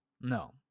No